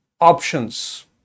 options